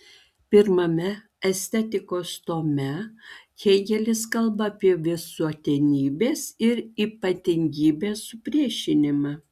pirmame estetikos tome hėgelis kalba apie visuotinybės ir ypatingybės supriešinimą